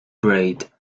prayed